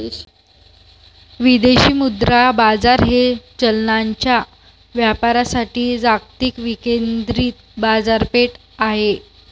विदेशी मुद्रा बाजार हे चलनांच्या व्यापारासाठी जागतिक विकेंद्रित बाजारपेठ आहे